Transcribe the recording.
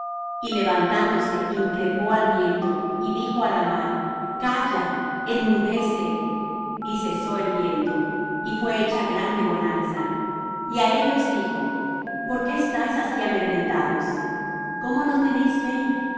y levantándose increpó al viento y dijo á la mar calla enmudece y cesó el viento y fué hecha grande bonanza y á ellos dijo por qué estáis así amedrentados cómo no tenéis fe